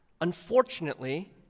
Unfortunately